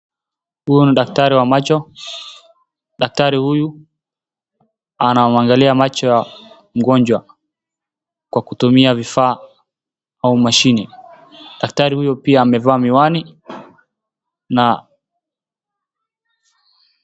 Huyu ni daktari wa macho. Daktari huyu anamwangalia macho mgonjwa kwa kutumia vifaa au mashini .Daktari huyu pia amevaa miwani na...